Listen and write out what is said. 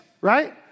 right